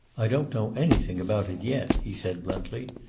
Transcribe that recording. i don't know anything about it yet, he said bluntly.